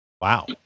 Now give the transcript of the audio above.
Wow